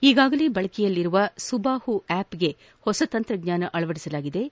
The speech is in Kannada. ಈಗಾಗಲೇ ಬಳಕೆಯಲ್ಲಿರುವ ಸುಬಾಹು ಆ್ಯಪ್ ಗೆ ಹೊಸ ತಂತ್ರಜ್ಞಾನ ಅಳವಡಿಸಲಾಗಿದ್ದು